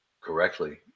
correctly